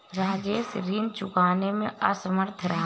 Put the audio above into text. राजेश ऋण चुकाने में असमर्थ रहा